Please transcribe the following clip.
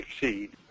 succeed